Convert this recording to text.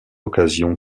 occasion